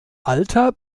alter